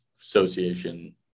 Association